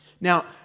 Now